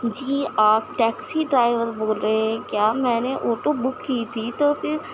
جی آپ taxi driver بول رہے ہیں کیا میں نے آٹو بک کی تھی تو پھر